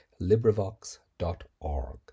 librivox.org